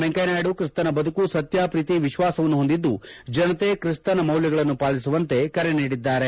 ವೆಂಕಯ್ಯ ನಾಯ್ಡು ಕ್ರಿಸ್ತನ ಬದುಕು ಸತ್ಯ ಪ್ರೀತಿ ವಿಶ್ವಾಸವನ್ನು ಹೊಂದಿದ್ದು ಜನತೆ ಕ್ರಿಸ್ತನ ಮೌಲ್ಯಗಳನ್ನು ಪಾಲಿಸುವಂತೆ ಕರೆ ನೀಡಿದ್ದಾರೆ